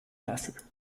lassen